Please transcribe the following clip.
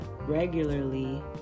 regularly